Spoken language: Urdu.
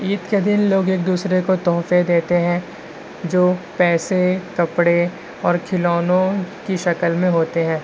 عید کے دن لوگ ایک دوسرے کو تحفے دیتے ہیں جو پیسے کپڑے اور کھلونوں کی شکل میں ہوتے ہیں